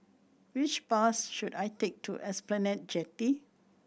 which bus should I take to Esplanade Jetty